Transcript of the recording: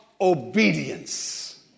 obedience